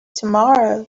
tomorrow